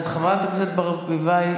אז חברת הכנסת ברביבאי,